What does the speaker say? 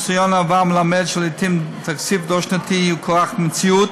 ניסיון העבר מלמד שלעתים תקציב דו-שנתי הוא כורח המציאות,